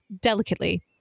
delicately